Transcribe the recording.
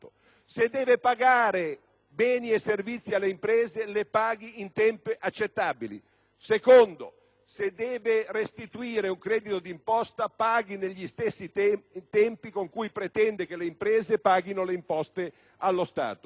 Se deve pagare beni e servizi alle imprese, li paghi in tempi accettabili; se deve restituire un credito di imposta, paghi negli stessi tempi con cui pretende che le imprese paghino le imposte allo Stato.